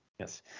Yes